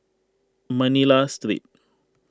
Manila Street